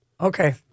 Okay